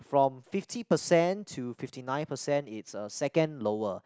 from fifty percent to fifty nine percent it's uh second lower